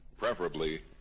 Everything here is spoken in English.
preferably